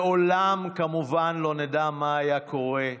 לעולם, כמובן, לא נדע מה היה קורה אילו,